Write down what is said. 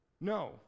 No